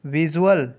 visual